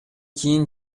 кийин